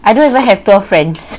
I don't even have twelve friends